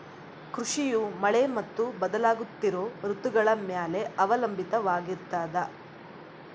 ಕೃಷಿಯು ಮಳೆ ಮತ್ತು ಬದಲಾಗುತ್ತಿರೋ ಋತುಗಳ ಮ್ಯಾಲೆ ಅವಲಂಬಿತವಾಗಿರ್ತದ